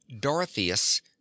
Dorotheus